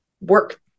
work